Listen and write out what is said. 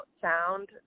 sound